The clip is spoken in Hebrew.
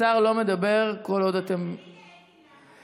השר לא מדבר כל עוד אתם, עליזה.